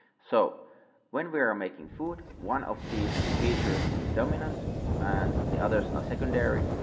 so when we are making food one of these features is dominant and the others are secondary.